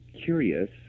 curious